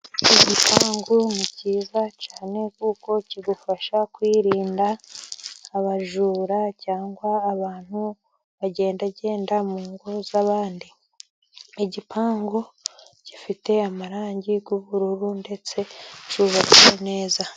Igipangu ni cyiza cyane kuko kigufasha kwirinda abajura cyangwa abantu bagendagenda mu ngo z'abandi. Igipangu gifite amarangi y'ubururu ndetse cyubatswe neza.